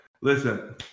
Listen